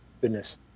goodness